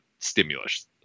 stimulus